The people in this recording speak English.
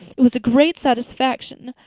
it was a great satisfaction.